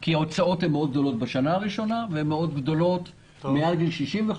כי ההוצאות גדולות מאוד בשנה הראשונה והן גדולות מאוד אחרי גיל 65,